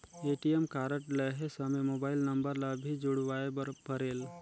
ATM card लहे समय mobile number ला भी जुड़वाए बर परेल?